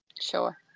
Sure